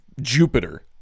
jupiter